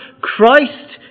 Christ